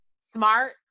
smart